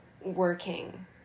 working